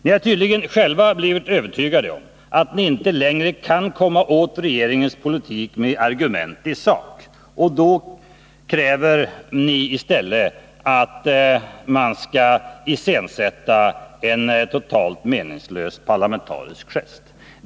Ni har tydligen själva blivit övertygade om att ni inte längre kan komma åt regeringens politik med argument i sak, och då kräver ni i stället att man skall iscensätta en totalt meningslös parlamentarisk gest.